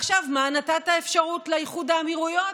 עכשיו מה, נתת אפשרות לאיחוד האמירויות,